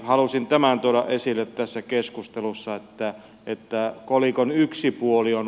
halusin tämän tuoda esille tässä keskustelussa että riittää kolikon yksi puoli on